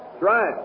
right